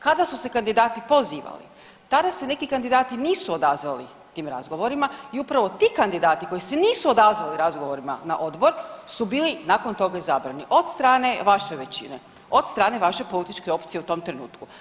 Kada su se kandidati pozivali tada se neki kandidati nisu odazvali tim razgovorima i upravo ti kandidati koji se nisu odazvali razgovorima na odbor su bili nakon toga izabrani od strane vaše većine, od strane vaše političke opcije u tom trenutku.